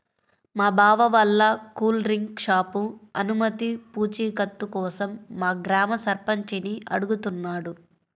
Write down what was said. మా బావ వాళ్ళ కూల్ డ్రింక్ షాపు అనుమతి పూచీకత్తు కోసం మా గ్రామ సర్పంచిని అడుగుతున్నాడు